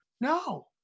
No